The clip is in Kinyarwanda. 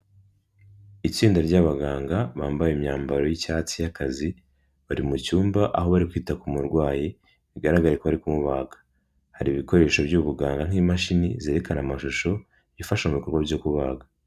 Itsinda ry'abaganga bambaye imyambaro y'icyatsi y'akazi, bari mu cyumba aho bari kwita ku murwayi, bigaragara ko bari kumubaga, hari ibikoresho by'ubuganga nk'imashini zerekana amashusho, ifasha mu bikorwa byo kubaga.